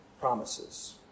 promises